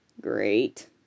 Great